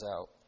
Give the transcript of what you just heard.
out